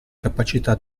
capacità